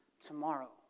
tomorrow